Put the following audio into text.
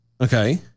Okay